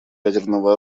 ядерного